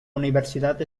universidad